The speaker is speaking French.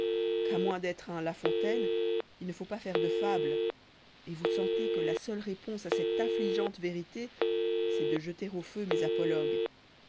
qu'à moins d'être un la fontaine il ne faut pas fane de fables et vous sentez que la seule réponse àcette affligeante vérité c'est de jeter au feu mes apologues